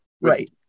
Right